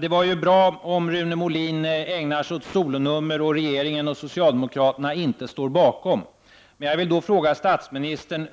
Det går bra för Rune Molin att ägna sig åt solonummer när regeringen och socialdemokraterna inte står bakom.